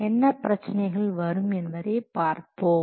என்ன பிரச்சினைகள் வரும் என்பதை பார்ப்போம்